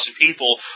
people